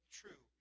true